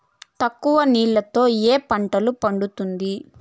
తక్కువ నీళ్లతో ఏ పంట పండుతుంది?